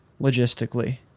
logistically